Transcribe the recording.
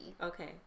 Okay